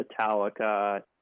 Metallica